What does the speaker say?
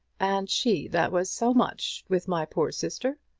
and she that was so much with my poor sister!